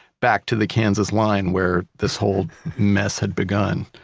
back to the kansas line where this whole mess had begun.